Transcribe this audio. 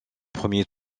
premier